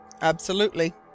Absolutely